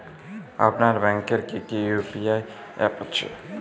আপনার ব্যাংকের কি কি ইউ.পি.আই অ্যাপ আছে?